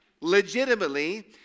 legitimately